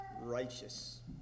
righteous